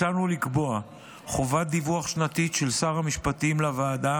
הצענו לקבוע חובת דיווח שנתית של שר המשפטים לוועדה